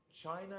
China